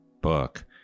book